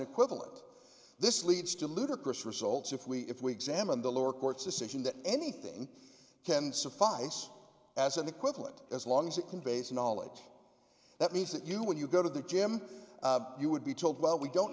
equivalent this leads to ludicrous results if we if we examine the lower court's decision that anything can suffice as an equivalent as long as it conveys knowledge that means that you when you go to the gym you would be told well we don't